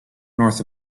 north